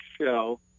show